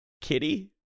Kitty